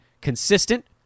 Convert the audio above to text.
consistent